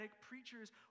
preachers